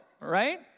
right